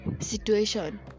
situation